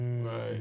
Right